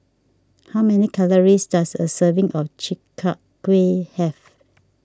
how many calories does a serving of Chi Kak Kuih have